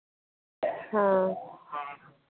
हाँ